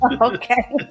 Okay